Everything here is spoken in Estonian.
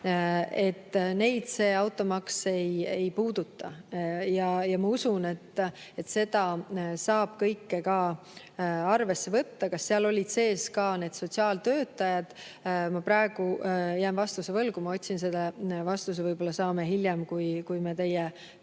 –, neid see automaks ei puuduta. Ma usun, et seda saab kõike arvesse võtta. Kas seal olid sees ka sotsiaaltöötajad? Ma praegu jään vastuse võlgu, ma otsin selle vastuse [üles ja vastan] hiljem, kui me teiega